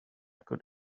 could